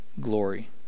glory